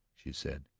she said.